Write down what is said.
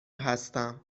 هستم